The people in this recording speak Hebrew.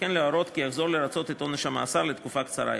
וכן להורות כי יחזור לרצות את עונש המאסר לתקופה קצרה יותר.